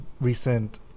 recent